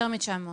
יותר מ-900.